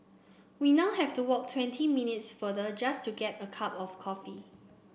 we now have to walk twenty minutes farther just to get a cup of coffee